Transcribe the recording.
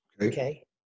Okay